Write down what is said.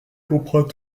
comprend